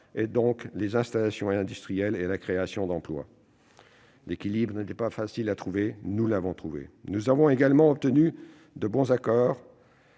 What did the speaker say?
donc les installations industrielles et la création d'emplois. L'équilibre n'était pas facile à trouver ; il a été trouvé. Nous avons également obtenu de bons compromis